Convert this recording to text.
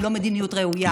היא לא מדיניות ראויה.